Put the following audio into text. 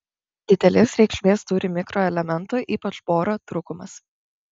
didelės reikšmės turi mikroelementų ypač boro trūkumas